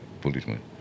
policeman